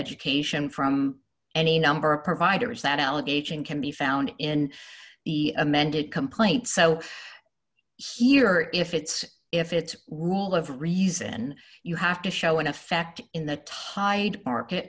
education from any number of providers that allegation can be found in the amended complaint so here if it's if it's rule of reason you have to show an effect in the tide market